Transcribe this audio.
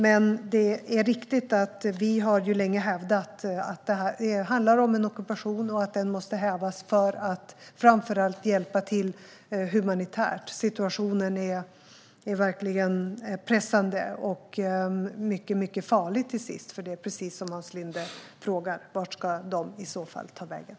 Det är dock riktigt att vi länge har hävdat att det handlar om en ockupation och att den måste hävas för att vi framför allt ska kunna hjälpa till humanitärt. Situationen är verkligen pressande - och till sist mycket farlig, för det är precis som Hans Linde frågar: Vart ska de i så fall ta vägen?